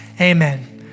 amen